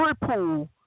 pool